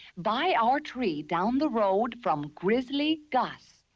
buy our tree down the road from grizzly gus.